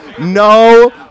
No